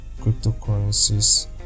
cryptocurrencies